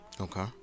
Okay